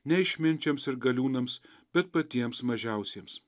ne išminčiams ir galiūnams bet patiems mažiausiems